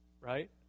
right